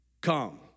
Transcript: come